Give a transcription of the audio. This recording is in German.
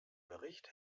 bericht